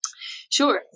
Sure